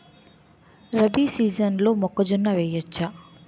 రబీ సీజన్లో మొక్కజొన్న వెయ్యచ్చా?